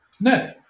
No